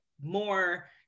more